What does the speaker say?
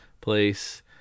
place